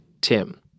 Tim